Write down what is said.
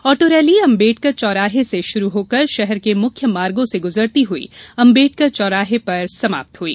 auto rally Ambedkar चौराहा से शुरू होकर शहर के मुख्य मार्गो से गुजरती हुई अंबेडकर चौराहे पर समाप्त हुई